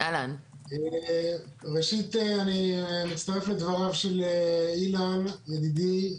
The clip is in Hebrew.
ראשית, אני מצטרף לדבריו של אילן ידידי.